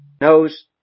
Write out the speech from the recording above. Knows